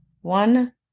One